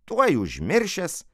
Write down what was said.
tuoj užmiršęs